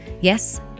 Yes